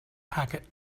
packet